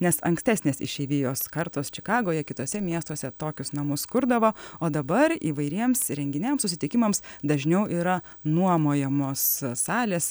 nes ankstesnės išeivijos kartos čikagoje kituose miestuose tokius namus kurdavo o dabar įvairiems renginiams susitikimams dažniau yra nuomojamos salės